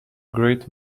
great